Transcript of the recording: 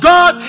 God